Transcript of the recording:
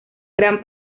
gran